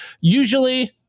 usually